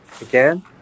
again